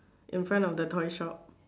in front of the toy shop